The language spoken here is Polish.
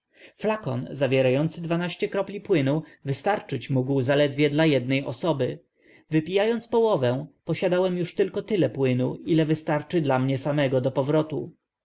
flakon zawierający dwanaście kropli płynu wystarczyć mógł zaledwie dla jednej osoby osoby wypijając połowę posiadałem już tylko tyle płynu ile wystarczy dla mnie samego do powrotu